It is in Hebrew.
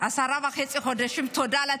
עשרה וחצי חודשים, תודה על התיקון,